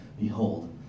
Behold